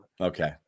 Okay